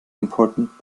important